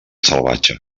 salvatge